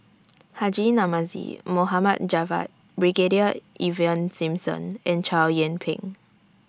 Haji Namazie Mohd Javad Brigadier Ivan Simson and Chow Yian Ping